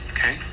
Okay